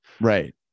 right